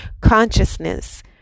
consciousness